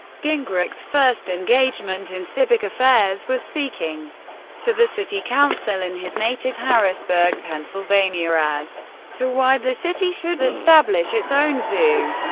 gingrich's first engagement in civic affairs was speaking to the city council in his native harrisburg, pennsylvania, as to why the city should establish its own zoo.